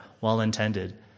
well-intended